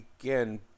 again